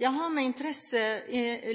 Jeg har med interesse